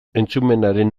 entzumenaren